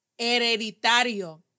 Hereditario